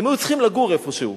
הם היו צריכים לגור איפשהו,